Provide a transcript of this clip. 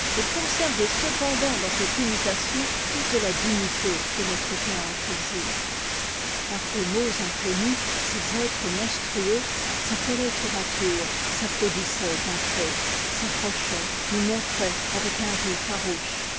et conserver cependant dans cette imitation toute la dignité que notre théâtre exige par des mots inconnus ces êtres monstrueux s'appelaient tour à tour s'applaudissaient entre eux s'approchaient me montraient avec un ris farouche